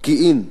פקיעין,